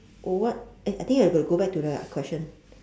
what eh I think I got to go back to the question